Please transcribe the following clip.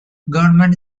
government